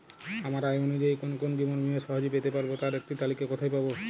আমার আয় অনুযায়ী কোন কোন জীবন বীমা সহজে পেতে পারব তার একটি তালিকা কোথায় পাবো?